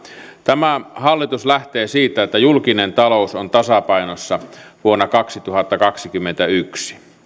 tämä hallitus lähtee siitä että julkinen talous on tasapainossa vuonna kaksituhattakaksikymmentäyksi